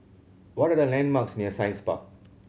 what are the landmarks near Science Park